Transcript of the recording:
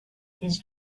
his